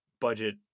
budget